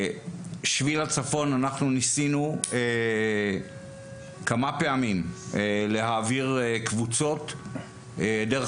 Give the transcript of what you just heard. אנחנו ניסינו כמה פעמים להעביר קבוצות דרך